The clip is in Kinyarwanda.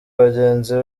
bagenzi